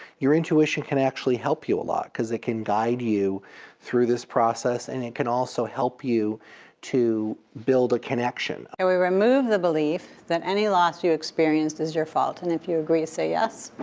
you're intuition can help you a lot because it can guide you through this process and it can also help you to build a connection. we remove the belief that any loss you experience is your fault. and if you agree to say yes.